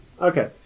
Okay